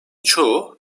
çoğu